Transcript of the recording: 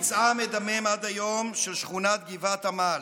פצעה המדמם עד היום של שכונת גבעת עמל.